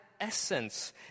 Essence